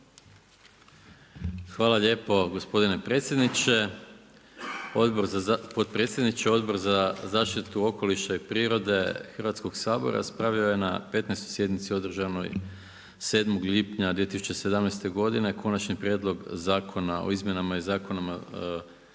Hvala lijepo gospodine predsjedniče. Odbor za zaštitu okoliša i prirode Hrvatskog sabora raspravio je na 15. sjednici održanoj 7. lipnja 2017. godine Konačni prijedlog zakona o izmjenama i dopunama Zakona o